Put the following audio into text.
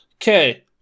Okay